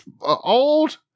old